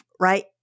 right